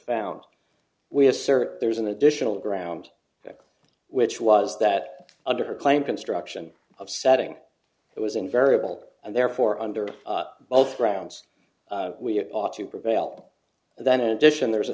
found we assert there's an additional ground which was that under her claim construction of setting it was invariable and therefore under oath grounds we ought to prevail and then in addition there is a